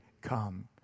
come